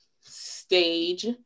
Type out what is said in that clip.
stage